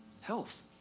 health